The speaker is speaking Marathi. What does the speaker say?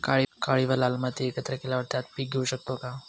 काळी व लाल माती एकत्र केल्यावर त्यात पीक घेऊ शकतो का?